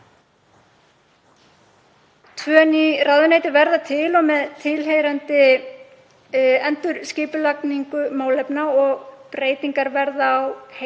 Tvö ný ráðuneyti verða til með tilheyrandi endurskipulagningu málefna og breytingar verða á heitum